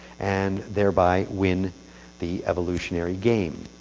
and thereby win the evolutionary game.